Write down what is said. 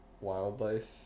wildlife